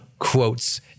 quotes